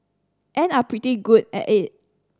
and are pretty good at it